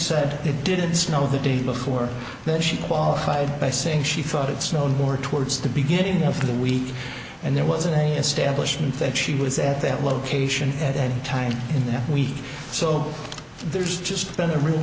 said it didn't snow the day before that she qualified by saying she thought it's no more towards the beginning of the week and there wasn't any establishment that she was at that location at any time in that week so there's just been a real